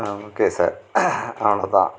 okay sir ஆ அவ்வளோதான்